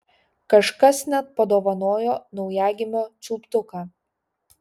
kažkas net padovanojo naujagimio čiulptuką